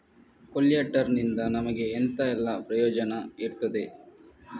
ಕೊಲ್ಯಟರ್ ನಿಂದ ನಮಗೆ ಎಂತ ಎಲ್ಲಾ ಪ್ರಯೋಜನ ಇರ್ತದೆ?